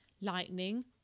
lightning